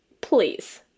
please